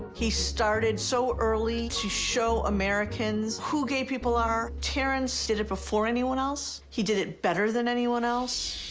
he started so early to show americans who gay people are. terrence did it before anyone else. he did it better than anyone else.